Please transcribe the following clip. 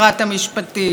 מסוכן.